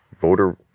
Voter